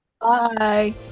Bye